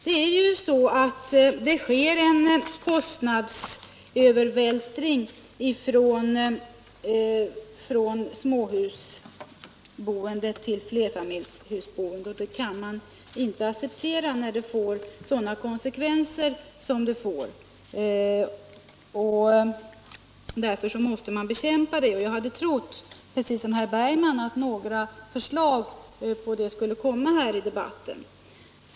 Det sker ju en kostnadsövervältring från småhusboende till flerfamiljshusboende, och det kan man inte acceptera när det får sådana konsekvenser som det får. Därför måste man bekämpa det, och jag hade trott — precis som herr Bergman — att några förslag i detta avseende skulle komma här i debatten.